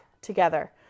together